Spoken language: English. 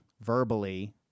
verbally